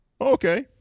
Okay